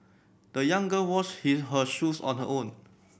the young girl washed his her shoes on her own